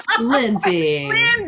Lindsay